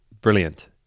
brilliant